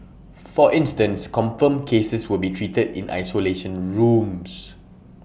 for instance confirmed cases will be treated in isolation rooms